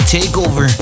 Takeover